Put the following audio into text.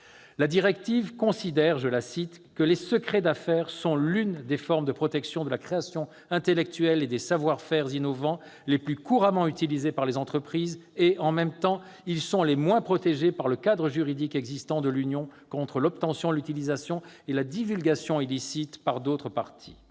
La directive considère que « les secrets d'affaires sont l'une des formes de protection de la création intellectuelle et des savoir-faire innovants les plus couramment utilisées par les entreprises, et, en même temps, ils sont les moins protégés par le cadre juridique existant de l'Union contre l'obtention, l'utilisation ou la divulgation illicite par d'autres parties